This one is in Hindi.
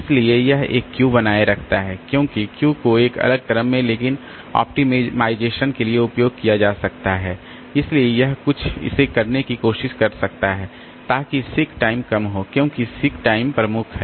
इसलिए यह एक क्यू बनाए रखता है क्योंकि क्यू को एक अलग क्रम में लेकिन ऑप्टिमाइजेशन के लिए उपयोग किया जा सकता है इसलिए यह कुछ इसे करने की कोशिश कर सकता है ताकि सीक टाइम कम हो क्योंकि सीक प्रमुख टाइम है